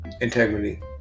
integrity